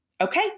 Okay